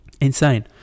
Insane